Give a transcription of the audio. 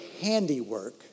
handiwork